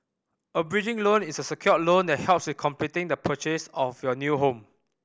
a bridging loan is a secured loan that helps with completing the purchase of your new home